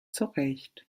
zurecht